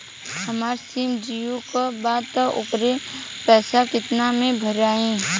हमार सिम जीओ का बा त ओकर पैसा कितना मे भराई?